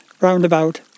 roundabout